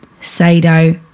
sado